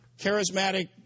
charismatic